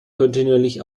kontinuierlich